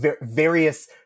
various